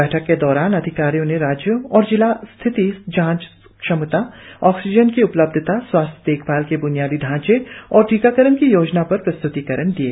बैठक के दौरान अधिकारियों ने राज्यों और जिला स्थिति जांच क्षमता ऑक्सीजन की उपलब्धता स्वास्थ्य देखभाल के ब्नियादी ढ़ांचे और टीकाकरण की योजना पर प्रस्त्तिकरण दिए